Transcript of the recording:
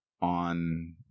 on